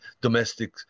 domestic